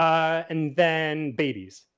and then babies.